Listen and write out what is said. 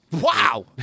Wow